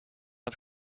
het